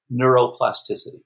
neuroplasticity